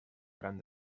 faran